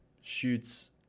shoots